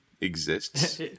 exists